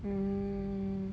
mm